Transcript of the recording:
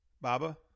Baba